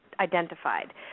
Identified